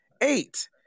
Eight